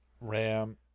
ram